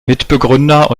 mitbegründer